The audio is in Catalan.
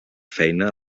feina